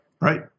right